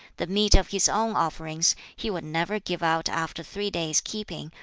the meat of his own offerings he would never give out after three days' keeping,